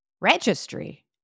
Registry